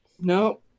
No